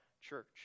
church